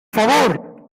favor